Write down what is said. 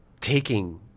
taking